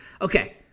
Okay